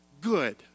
good